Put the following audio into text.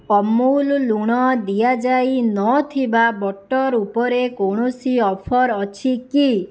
ଅମୁଲ ଲୁଣ ଦିଆଯାଇନଥିବା ବଟର୍ ଉପରେ କୌଣସି ଅଫର୍ ଅଛି କି